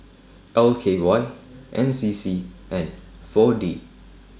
L K Y N C C and four D